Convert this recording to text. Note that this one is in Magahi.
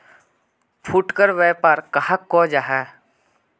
फुटकर व्यापार कहाक को जाहा?